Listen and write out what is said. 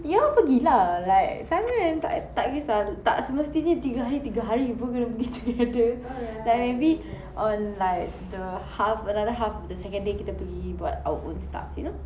you all pergi lah like simon and I tak kesah tak semestinya tiga hari tiga hari kena pergi together like maybe on like the half another half of the second day kita pergi buat our own stuff you know